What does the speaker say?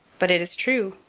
but it is true.